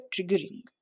triggering